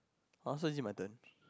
!huh! so is it my turn